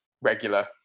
regular